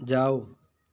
जाउ